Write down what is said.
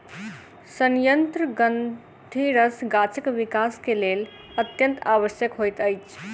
सयंत्र ग्रंथिरस गाछक विकास के लेल अत्यंत आवश्यक होइत अछि